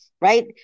Right